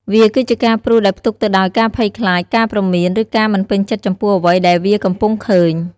វាគឺជាការព្រុសដែលផ្ទុកទៅដោយការភ័យខ្លាច ការព្រមាន ឬការមិនពេញចិត្តចំពោះអ្វីដែលវាកំពុងឃើញ។